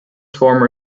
former